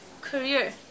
Career